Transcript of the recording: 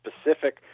specific